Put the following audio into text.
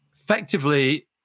effectively